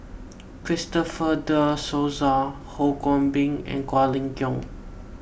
Christopher De Souza Ho Kwon Ping and Quek Ling Kiong